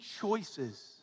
choices